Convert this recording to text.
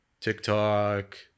TikTok